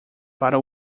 para